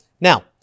Now